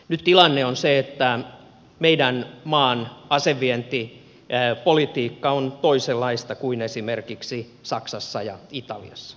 nyt tilanne on se että meidän maamme asevientipolitiikka on toisenlaista kuin esimerkiksi saksassa ja italiassa